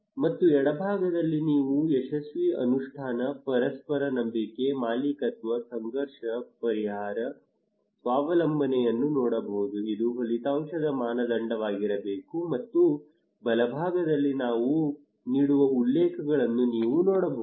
ಮತ್ತು ಎಡಭಾಗದಲ್ಲಿ ನೀವು ಯಶಸ್ವಿ ಅನುಷ್ಠಾನ ಪರಸ್ಪರ ನಂಬಿಕೆ ಮಾಲೀಕತ್ವ ಸಂಘರ್ಷ ಪರಿಹಾರ ಸ್ವಾವಲಂಬನೆಯನ್ನು ನೋಡಬಹುದು ಇದು ಫಲಿತಾಂಶದ ಮಾನದಂಡವಾಗಿರಬೇಕು ಮತ್ತು ಬಲಭಾಗದಲ್ಲಿ ನಾವು ನೀಡುವ ಉಲ್ಲೇಖಗಳನ್ನು ನೀವು ನೋಡಬಹುದು